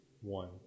One